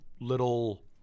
little